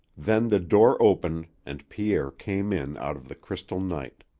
then the door opened and pierre came in out of the crystal night.